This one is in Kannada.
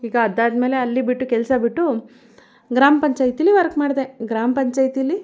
ಈಗ ಅದಾದ್ಮೇಲೆ ಅಲ್ಲಿ ಬಿಟ್ಟು ಕೆಲಸ ಬಿಟ್ಟು ಗ್ರಾಮ ಪಂಚಾಯಿತೀಲಿ ವರ್ಕ್ ಮಾಡದೆ ಗ್ರಾಮ ಪಂಚಾಯಿತಿಲಿ